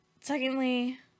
Secondly